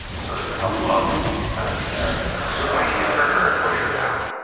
sort of tough love kind of scenario. so when do you trick her and push her down?